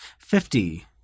Fifty